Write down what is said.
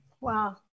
Wow